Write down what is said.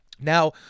Now